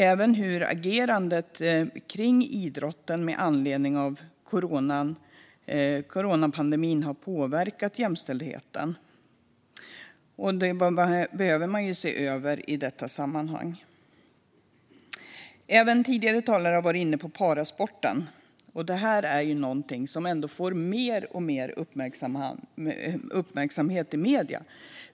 Även hur agerandet kring idrotten med anledning av coronapandemin har påverkat jämställdheten bör ses över i detta sammanhang. Även tidigare talare har tagit upp parasporten. Det är något som får mer och mer uppmärksamhet i medierna,